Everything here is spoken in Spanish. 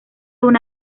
una